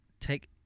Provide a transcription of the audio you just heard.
take